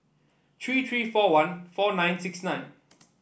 three three four one four nine six nine